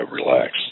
relax